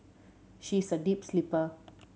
she is a deep sleeper